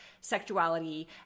sexuality